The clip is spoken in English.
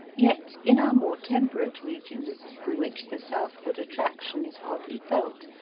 yet in our more temperate regions, in which the southward attraction is hardly felt,